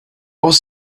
was